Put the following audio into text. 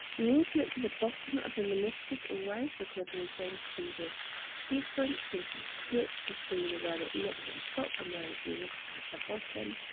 you need to look for the bottom of the meniscus always, because there is going to be this difference, this dip between where it looks at the top and um where it is at the bottom.